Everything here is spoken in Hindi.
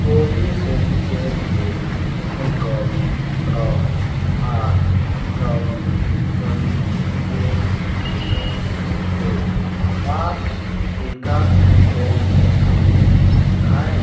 कोविशील्ड के लिए पिन कोड नौ आठ नौ शून्य एक शून्य के पास टीका केंद्र की सूची दिखाएँ